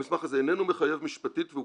המסמך הזה איננו מחייב משפטית והוא